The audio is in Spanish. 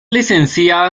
licenciada